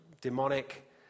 demonic